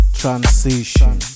transition